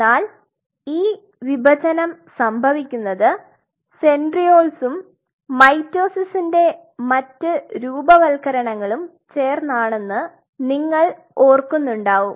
എന്നാൽ ഈ വിഭജനം സംഭവിക്കുന്നത് സെൻട്രിയോളുകളും മൈറ്റോസിസിന്റെ മറ്റ് രൂപവത്കരണങ്ങളും ചേർന്നാണെന്ന് നിങ്ങൾ ഓർക്കുന്നുണ്ടാവും